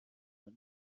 کنه